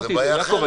זו בעיה אחרת.